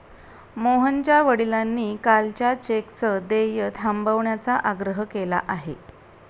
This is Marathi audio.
मोहनच्या वडिलांनी कालच्या चेकचं देय थांबवण्याचा आग्रह केला आहे